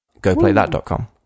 goplaythat.com